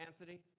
Anthony